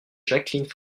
jacqueline